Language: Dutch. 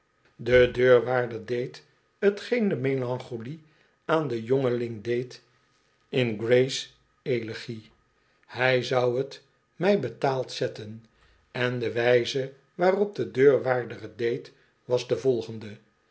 de deurwaarder deed t geen de melancholie aan den jongeling deed in gray's elegy hij zou t mij betaald zetten en de wijze waarop de deurwaarder t deed was de volgende